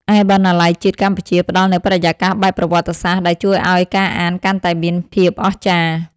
ឯបណ្ណាល័យជាតិកម្ពុជា ផ្ដល់នូវបរិយាកាសបែបប្រវត្តិសាស្ត្រដែលជួយឱ្យការអានកាន់តែមានភាពអស្ចារ្យ។